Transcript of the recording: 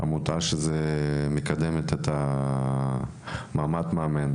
זוהי עמותה שמקדמת את מעמד המאמנים.